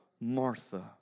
Martha